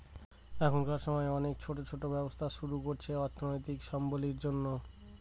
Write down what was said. এখনকার সময় অনেকে ছোট ছোট ব্যবসা শুরু করছে অর্থনৈতিক সাবলম্বীর জন্য